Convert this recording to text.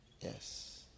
yes